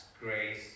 grace